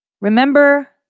Remember